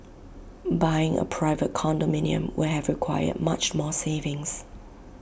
buying A private condominium will have required much more savings